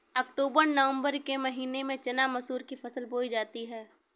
अक्टूबर नवम्बर के महीना में चना मसूर की फसल बोई जाती है?